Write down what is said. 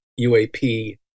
uap